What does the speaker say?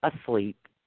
asleep